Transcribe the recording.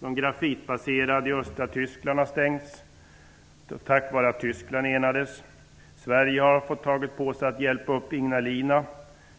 De grafitbaserade i östra Tyskland har stängts tack vare att Tyskland enades. Sverige har fått ta på sig att hjälpa Ignalina.